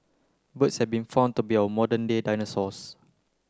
birds have been found to be our modern day dinosaurs